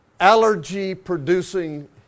Allergy-producing